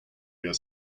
your